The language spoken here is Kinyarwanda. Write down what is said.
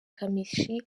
kamichi